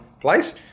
place